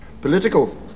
Political